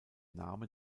name